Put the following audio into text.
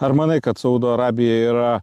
ar manai kad saudo arabija yra